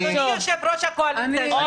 אדוני יושב ראש הקואליציה,